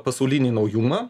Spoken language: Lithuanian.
pasaulinį naujumą